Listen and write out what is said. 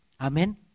Amen